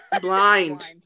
Blind